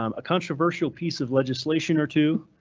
um a controversial piece of legislation, or two,